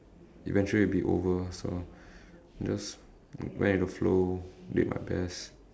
eventually it'll be over sort of just went with the flow did my best